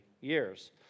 years